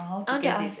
I want to ask